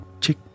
chick